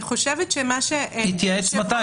יתייעץ מתי?